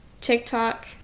tiktok